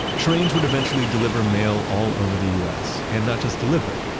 trains would eventually deliver mail all over the us and not just deliver it,